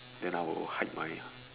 then I will hide my